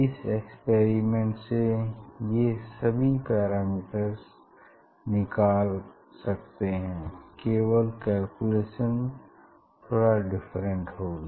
इस एक्सपेरिमेंट से ये सभी पैरामीटर्स निकाल कर सकते हैं केवल कैलकुलेशन थोड़ा डिफरेंट होगी